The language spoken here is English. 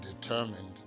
determined